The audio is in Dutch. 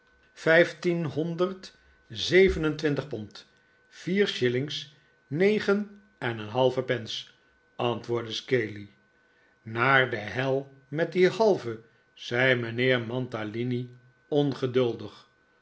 vijftienhonderd zeven en twintig pond vier shillings negen en een halve pence antwoordde scaley naar de hel met die halve zei mijnheer mantalini ongeduldig